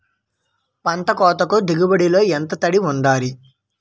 పంట కోతకు దిగుబడి లో ఎంత తడి వుండాలి?